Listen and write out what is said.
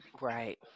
Right